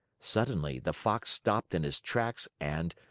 suddenly, the fox stopped in his tracks and,